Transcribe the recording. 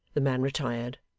the man retired,